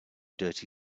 dirty